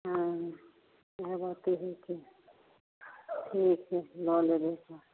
हाँ इहे बात तऽ हय छै ठीक हय लऽ लेबै